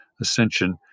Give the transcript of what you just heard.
ascension